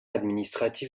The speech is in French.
administratif